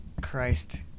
Christ